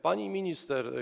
Pani Minister!